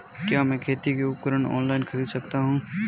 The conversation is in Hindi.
क्या मैं खेती के उपकरण ऑनलाइन खरीद सकता हूँ?